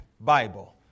Bible